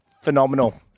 phenomenal